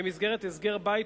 במסגרת הסגר בית,